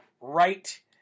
right